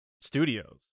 Studios